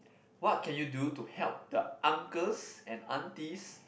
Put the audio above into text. what can you do to help the uncles and aunties